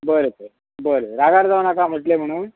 बरें तर बरें रागार जावं नाका म्हटलें म्हणून